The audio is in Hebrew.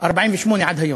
1948 ועד היום?